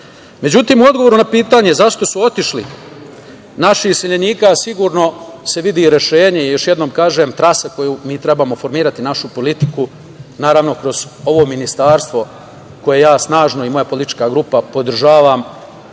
mladih.Međutim, u odgovoru na pitanje zašto su otišli, naših iseljenika sigurno se vidi rešenje, još jednom kažem, trase koju mi trebamo formirati, našu politiku, naravno, kroz ovo ministarstvo, koje ja snažno, i moja politička grupa, podržavam,